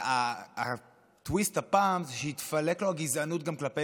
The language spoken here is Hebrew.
הטוויסט הפעם זה שהתפלקה לו הגזענות גם כלפי מזרחים.